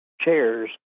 chairs